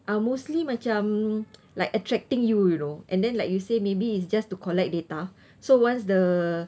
are mostly macam like attracting you you know and then like you say maybe is just to collect data so once the